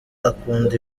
akunda